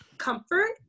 comfort